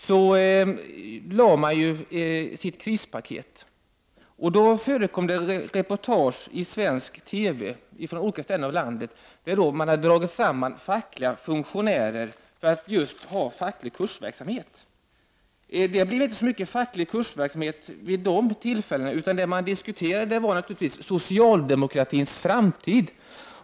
Man presenterade ju ett krispaket. I den vevan förekom det i svensk TV reportage från olika platser i landet. Fackliga funktionärer samlades för att ha just facklig kursverksamhet. Men det blev inte så mycket av facklig kursverksamhet vid de tillfällena. I stället diskuterade man, naturligtvis, socialdemokratins framtid.